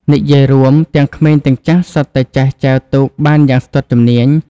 និយាយរួម ទាំងក្មេងទាំងចាស់សុទ្ធតែចេះចែវទូកបានយ៉ាងស្ទាត់ជំនាញ។